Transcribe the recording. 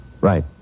Right